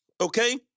okay